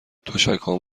تشکهام